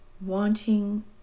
wanting